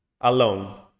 alone